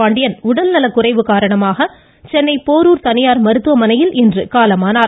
பாண்டின் உடல்நலக்குறைவு காரணமாக சென்னை போரூர் தனியார் மருத்துவமனையில் இன்று காலமானார்